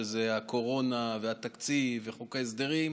שזה הקורונה והתקציב וחוק ההסדרים,